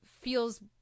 feels